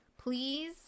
please